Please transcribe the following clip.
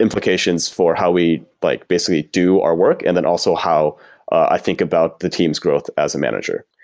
implications for how we like basically do our work, and then also how i think about the team's growth as a manager.